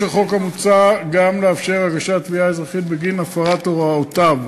החוק המוצע מבקש לאפשר הגשת תביעה אזרחית בגין הפרת הוראותיו.